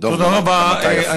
תודה רבה.